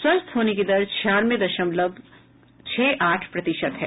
स्वस्थ होने की दर छियानवे दशमलव छह आठ प्रतिशत है